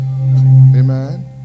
Amen